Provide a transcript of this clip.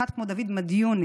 אחד כמו דוד מדיוני,